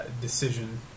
decision